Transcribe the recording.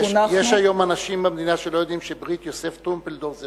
יש היום אנשים במדינה שלא יודעים ש"ברית יוסף טרומפלדור" זה